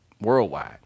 worldwide